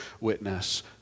witness